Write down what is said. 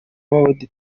world